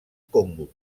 congo